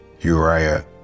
Uriah